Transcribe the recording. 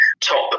top